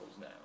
now